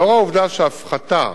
לאור העובדה שהפחתה